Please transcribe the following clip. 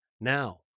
Now